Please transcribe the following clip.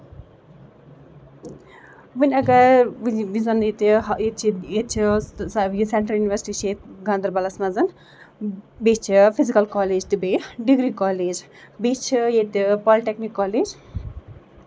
وۄنۍ اَگر یُس زَن ییٚتہِ ییٚتہِ چھِ ییٚتہِ چھِ سینٹرل یونیورسِٹی چھِ ییٚتہِ گاندربَلس منٛز بیٚیہِ چھِ فِزِکل کالج تہٕ بیٚیہِ ڈِگری کالج بیٚیہِ چھِ ییٚتہِ پالِٹیکنیٖک کالج